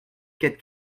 quatre